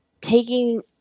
taking